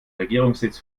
regierungssitz